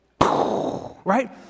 Right